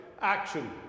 action